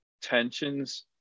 tensions